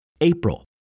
April